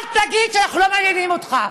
אל תגיד שאנחנו לא מעניינים אותך.